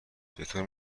چطور